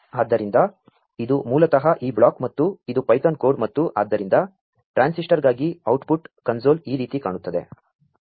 ಆದ್ದರಿಂ ದ ಇದು ಮೂ ಲತಃ ಈ ಬ್ಲಾ ಕ್ ಮತ್ತು ಇದು Python code ಮತ್ತು ಆದ್ದರಿಂ ದ ಟ್ರಾ ನ್ಸ್ಮಿ ಟರ್ಗಾ ಗಿ ಔಟ್ಪು ಟ್ ಕನ್ಸೋ ಲ್ ಈ ರೀ ತಿ ಕಾ ಣು ತ್ತದೆ